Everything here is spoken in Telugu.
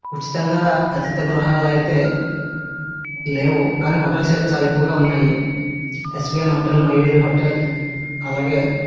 ఉచితంగా అతిథి గృహాలు అయితే లేవు కానీ హోటల్స్ అయితే చాలా ఎక్కువగా ఉన్నాయి ఎస్విఎన్ హోటల్ మయూరి హోటల్ అలాగే